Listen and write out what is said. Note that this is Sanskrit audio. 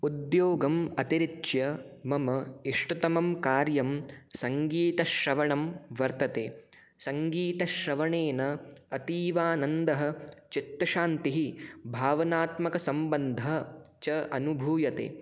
उद्योगम् अतिरिच्य मम इष्टतमं कार्यं सङ्गीतश्रवणं वर्तते सङ्गीतश्रवणेन अतीवानन्दः चित्तशान्तिः भावनात्मकसम्बन्धः च अनुभूयते